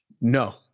No